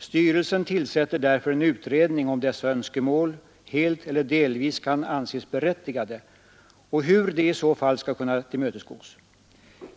”Styrelsen tillsätter därför en utredning om dessa önskemål helt eller delvis kan anses berättigade och hur de i så fall skall kunna tillmötesgås.